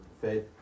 faith